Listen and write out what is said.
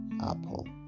apple